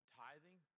tithing